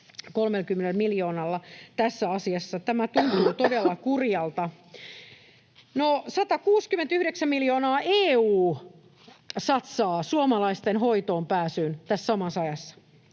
vuonna tässä asiassa. Tämä tuntuu todella kurjalta. No, 169 miljoonaa EU satsaa suomalaisten hoitoonpääsyyn tässä samassa ajassa.